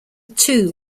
too